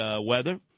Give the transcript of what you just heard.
weather